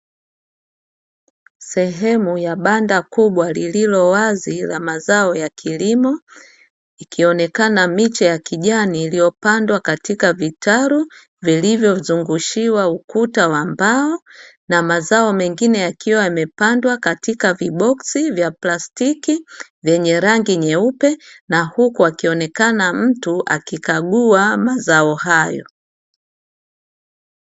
Sehemu ya banda kubwa lililo wazi la mazao ya kilimo, ikionekana miche ya kijani iliyopandwa katika vitalu, vilivyozungushiwa ukuta wa mbao na mazao mengine yakiwa yamepandwa katika viboksi vya plastiki vyenye rangi nyeupe, na huku akionekana mtu akikagua mazao hayo.